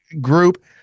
group